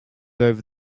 over